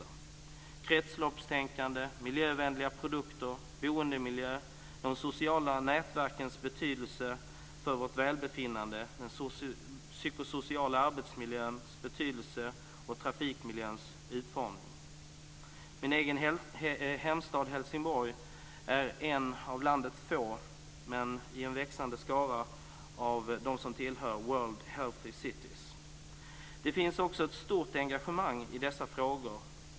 Det handlar om kretsloppstänkande, miljövänliga produkter, boendemiljö, de sociala nätverkens betydelse för vårt välbefinnande, den psykosociala arbetsmiljöns betydelse och trafikmiljöns utformning. Min hemstad, Helsingborg, är en av landets få städer - men det är en växande skara - som tillhör Det finns också ett stort engagemang i dessa frågor.